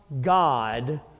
God